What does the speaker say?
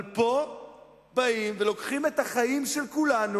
פה באים ולוקחים את החיים של כולנו.